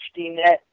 HDNet